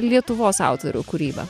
lietuvos autorių kūrybą